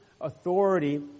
authority